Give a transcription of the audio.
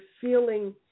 feeling